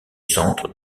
centre